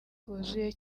rwuzuye